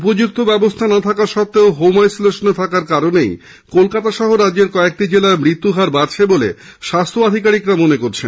উপযুক্ত ব্যবস্থা না থাকা সত্তেও হোম আইসোলেশনে থাকার কারণেই কলকাতা সহ রাজ্যের কয়েকটি জেলায় মৃত্যু হার বাড়ছে বলে স্বাস্থ্য দপ্তরের আধিকারিকরা মনে করছেন